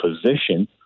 position